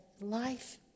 life